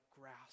grass